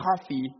coffee